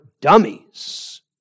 dummies